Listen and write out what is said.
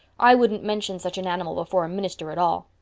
i wouldn't mention such an animal before a minister at all.